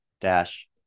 dash